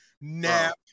nap